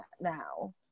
now